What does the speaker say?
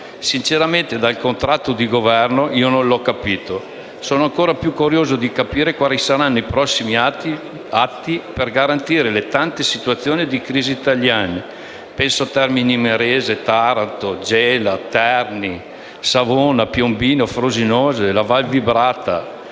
Sinceramente, dal contratto di Governo io non l'ho capito. Sono ancora più curioso di capire quali saranno i prossimi atti per garantire le tante situazioni di crisi italiane (penso a Termini Imerese, Taranto, Gela, Terni, Savona, Piombino, Frosinone e alla Val Vibrata)